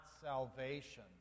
salvation